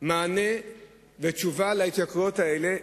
מענה ותשובה להתייקרויות האלה,